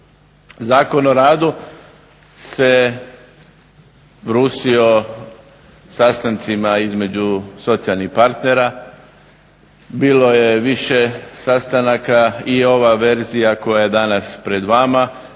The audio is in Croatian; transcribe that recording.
Zakon o radu se brusio sastancima između socijalnih partnera. Bilo je više sastanaka i ova verzija koja je danas pred vama